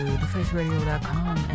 thefaceradio.com